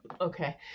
Okay